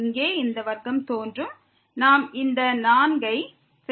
இங்கே இந்த வர்க்கம் தோன்றும் நாம் இந்த 4 ஐ செய்ய வேண்டும்